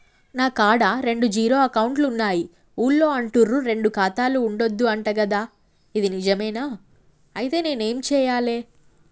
నా కాడా రెండు జీరో అకౌంట్లున్నాయి ఊళ్ళో అంటుర్రు రెండు ఖాతాలు ఉండద్దు అంట గదా ఇది నిజమేనా? ఐతే నేనేం చేయాలే?